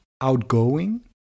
outgoing